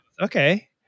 okay